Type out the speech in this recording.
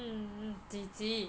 mm G_G